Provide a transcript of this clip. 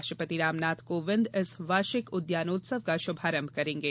राष्ट्रपति रामनाथ कोविंद इस वार्षिक उद्यानोत्सव का शुभारंभ करेंगे